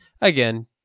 again